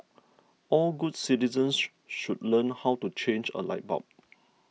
all good citizens should learn how to change a light bulb